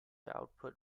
output